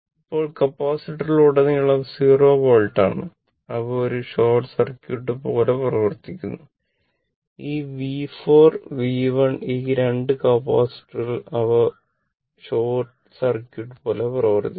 ഇപ്പോൾ കപ്പാസിറ്ററിലുടനീളം 0 വോൾട്ട് ആണ് അവ ഒരു ഷോർട്ട് സർക്യൂട്ട് പോലെ പ്രവർത്തിക്കുന്നു ഈ V 4 V 1 ഈ 2 കപ്പാസിറ്ററുകൾ അവർ ഒരു ഷോർട്ട് സർക്യൂട്ട് പോലെ പ്രവർത്തിക്കുന്നു